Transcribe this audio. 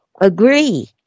agree